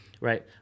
Right